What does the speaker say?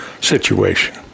situation